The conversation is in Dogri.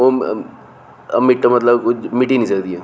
ओह् म मट मतलब मिटी नेईं सकदियां